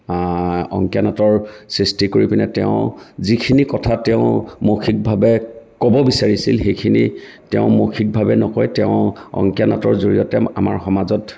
অংকীয়া নাটৰ সৃষ্টি কৰি পিনে তেওঁ যিখিনি কথা তেওঁ মৌখিকভাৱে ক'ব বিচাৰিছিল সেইখিনি তেওঁ মৌখিকভাৱে নকৈ তেওঁ অংকীয়া নাটৰ জৰিয়তে আমাৰ সমাজত